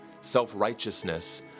Self-righteousness